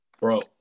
bro